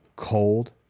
Cold